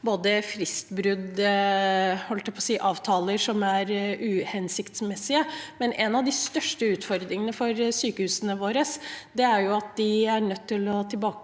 si – fristbruddavtaler som er uhensiktsmessige, men en av de største utfordringene for sykehusene våre er at de er nødt til å tilbakebetale